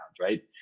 right